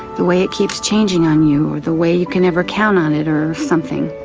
the way it keeps changing on you or the way you can ever count on it or something.